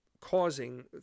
causing